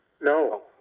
No